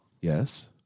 Yes